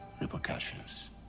repercussions